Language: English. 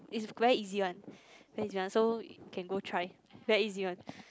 is very easy one very easy one so can go try very easy one